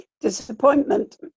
disappointment